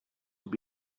will